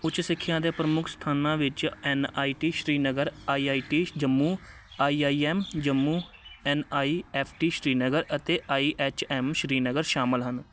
ਉੱਚ ਸਿੱਖਿਆ ਦੇ ਪ੍ਰਮੁੱਖ ਸਥਾਨਾਂ ਵਿੱਚ N I T Srinagar I I T Jammu I I M Jammu N I F T Srinagar ਅਤੇ ਆਈ ਐੱਚ ਐੱਮ ਸ਼੍ਰੀਨਗਰ ਸ਼ਾਮਲ ਹਨ